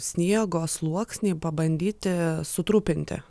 sniego sluoksnį pabandyti sutrupinti